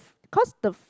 cause the